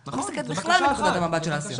אני לא מסתכלת בכלל מנקודת המבט של האסיר.